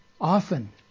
often